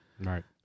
Right